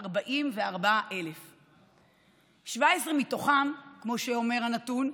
44,000. 17% מתוכם, כמו שאומר הנתון,